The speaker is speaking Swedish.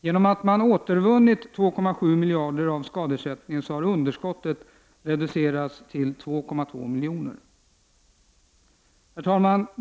Genom att nämnden återvunnit 2,7 miljarder av skadeersättningen har underskottet reducerats till 2,2 miljarder. Herr talman!